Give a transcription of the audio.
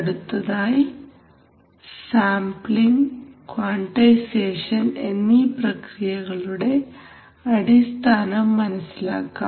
അടുത്തതായി sampling quantization എന്നീ പ്രക്രിയകളുടെ അടിസ്ഥാനം മനസ്സിലാക്കാം